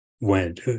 went